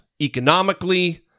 economically